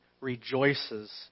rejoices